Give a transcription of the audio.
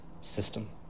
system